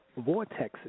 vortexes